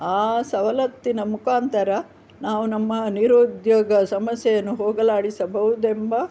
ಆ ಸವಲತ್ತಿನ ಮುಖಾಂತರ ನಾವು ನಮ್ಮ ನಿರುದ್ಯೋಗ ಸಮಸ್ಯೆಯನ್ನು ಹೋಗಲಾಡಿಸಬಹುದೆಂಬ